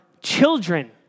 children